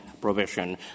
provision